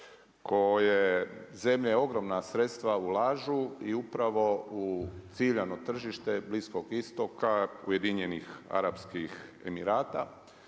koje zemlje ogromna sredstva ulažu i pravo u ciljano tržište Bliskog istoka, Ujedinjenih Arapskih Emirata.